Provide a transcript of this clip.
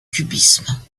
cubisme